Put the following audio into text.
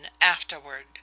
afterward